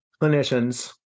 clinicians